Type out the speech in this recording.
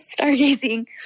stargazing